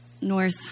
North